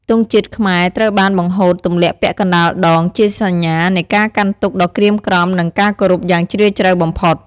ទង់ជាតិខ្មែរត្រូវបានបង្ហូតទម្លាក់ពាក់កណ្ដាលដង ជាសញ្ញានៃការកាន់ទុក្ខដ៏ក្រៀមក្រំ និងការគោរពយ៉ាងជ្រាលជ្រៅបំផុត។